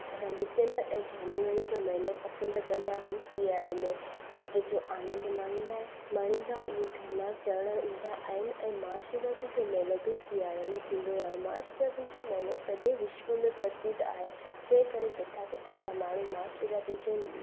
जा डिसेंबर ऐं जान्युआरी जो महीनो पसंदि कंदा आहिनि सियारे में थधि जो आनंद माणींदा माणींदा माणींदा उहे गिरनार चढ़ण ईंदा आहिनि ऐं महाशिवरात्री जो मेलो बि सियारे में थींदो आहे महाशिवरात्री जो मेलो सॼे विश्व में प्रसिद्ध आहे जंहिं करे किथां किथां जा माण्हू महाशिवरात्री जे